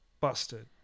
busted